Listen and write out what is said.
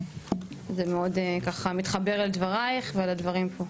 כן, זה מאוד ככה מתחבר אל דבריך ועל הדברים פה.